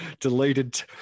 deleted